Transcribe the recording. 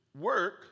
work